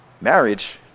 marriage